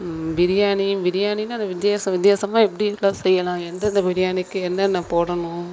பிரியாணி பிரியாணின்னால் அதை வித்தியாச வித்தியாசமாக எப்படிலாம் செய்யலாம் எந்தெந்த பிரியாணிக்கு என்னென்ன போடணும்